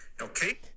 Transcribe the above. Okay